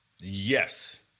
Yes